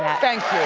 thank